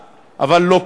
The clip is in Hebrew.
הובטח, אבל לא קיים.